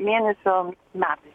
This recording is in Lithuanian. mėnesio metai